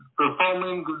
performing